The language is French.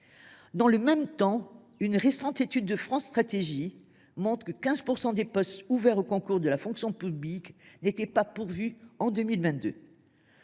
Dans le même temps, une récente étude de France Stratégie montre que 15 % des postes ouverts aux concours de la fonction publique n’ont pas été pourvus en 2022.